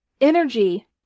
energy